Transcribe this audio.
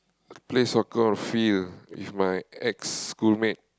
play soccer on field with my ex schoolmate